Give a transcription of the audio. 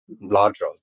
larger